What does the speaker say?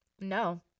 no